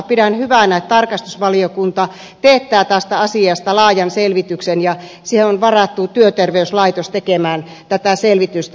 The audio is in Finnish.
pidän hyvänä että tarkastusvaliokunta teettää tästä asiasta laajan selvityksen ja siihen on varattu työterveyslaitos tekemään tätä selvitystä